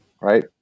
right